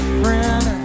friend